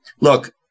look